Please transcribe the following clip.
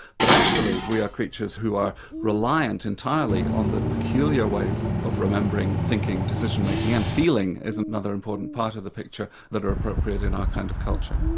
but actually we are creatures who are reliant entirely on the peculiar ways of remembering, thinking, decision-making, and feeling, as another important part of the picture, that are appropriate in our kind of culture.